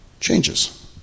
changes